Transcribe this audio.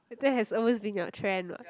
that has always been your trend what